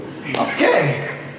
Okay